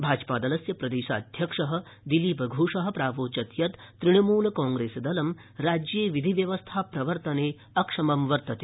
भाजपादलस्य प्रदेशाध्यक्षः दिलीपघोषः प्रावोचत् यत् तृणमूल कांप्रेसदलं राज्ये विधिव्यवस्था प्रवर्तने अक्षमं वर्तते